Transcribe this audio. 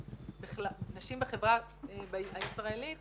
השכר הממוצע של נשים בחברה הישראלית